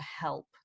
help